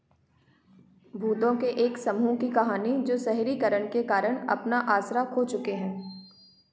भूतों के एक समूह की कहानी जो शहरीकरण के कारण अपना आसरा खो चुके हैं